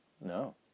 No